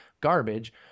garbage